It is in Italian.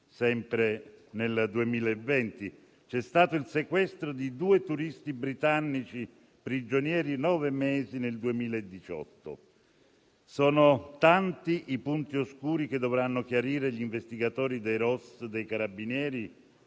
sempre nel 2020. C'è stato il sequestro di due turisti britannici, prigionieri per nove mesi nel 2018. Sono tanti i punti oscuri che dovranno chiarire gli investigatori del ROS dei Carabinieri